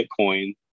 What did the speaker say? Bitcoin